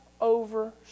over